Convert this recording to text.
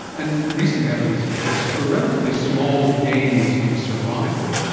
and recent evidence suggests for relatively small gains in survival.